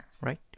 right